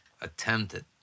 attempted